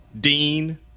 Dean